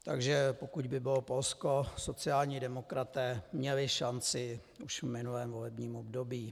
Takže pokud by bylo Polsko, sociální demokraté měli šanci už v minulém volebním období.